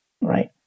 Right